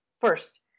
First